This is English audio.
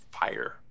fire